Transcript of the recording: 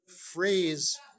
phrase